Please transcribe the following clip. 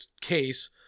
case